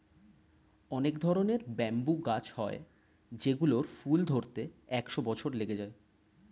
অনেক ধরনের ব্যাম্বু গাছ হয় যেই গুলোর ফুল ধরতে একশো বছর লেগে যায়